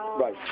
Right